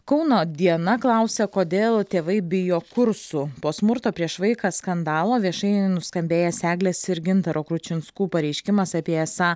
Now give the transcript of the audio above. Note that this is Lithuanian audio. kauno diena klausia kodėl tėvai bijo kursų po smurto prieš vaiką skandalo viešai nuskambėjęs eglės ir gintaro kručinskų pareiškimas apie esą